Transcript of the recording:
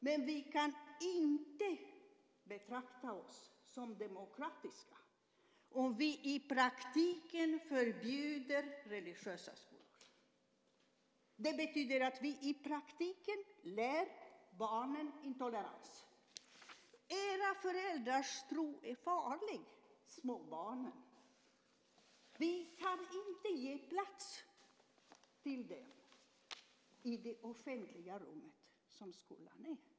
Men vi kan inte betrakta oss som demokratiska om vi i praktiken förbjuder religiösa skolor. Det betyder ju att vi i praktiken lär barnen intolerans: Era föräldrars tro är farlig för små barn. Vi kan inte ge barnen plats i det offentliga rum som skolan är.